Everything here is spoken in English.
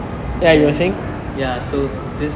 ya so this